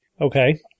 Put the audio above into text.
Okay